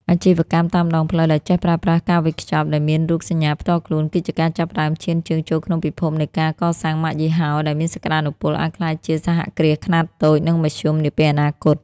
អាជីវកម្មតាមដងផ្លូវដែលចេះប្រើប្រាស់ការវេចខ្ចប់ដែលមានរូបសញ្ញាផ្ទាល់ខ្លួន គឺជាការចាប់ផ្ដើមឈានជើងចូលក្នុងពិភពនៃការកសាងម៉ាកយីហោ ដែលមានសក្ដានុពលអាចក្លាយជាសហគ្រាសខ្នាតតូច និងមធ្យមនាពេលអនាគត។